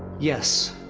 yes.